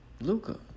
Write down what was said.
Luca